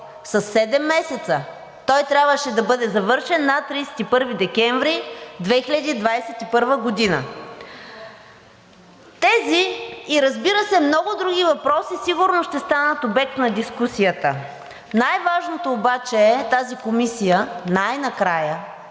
месеца? Той трябваше да бъде завършен на 31 декември 2021 г. Тези и разбира се, много други въпроси сигурно ще станат обект на дискусията. Най-важното обаче е тази комисия най накрая,